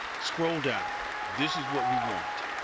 scroll down. this is what we want.